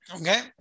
Okay